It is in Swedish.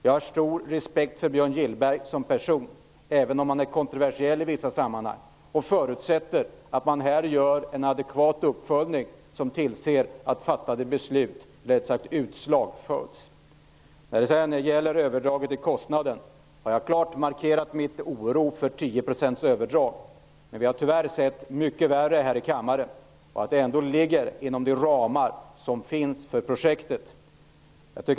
Jag har stor respekt för Björn Gillberg som person, även om han är kontroversiell i vissa sammanhang. Jag förutsätter att man här gör en adekvat uppföljning som tillser att fattade beslut, eller rättare sagt utslag, följs. När det sedan gäller överdraget för kostnaderna har jag klart markerat min oro för 10 % överdrag. Men vi har i denna kammare tyvärr sett mycket värre. Det ligger ändå inom de ramar som finns för projektet.